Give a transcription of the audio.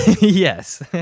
Yes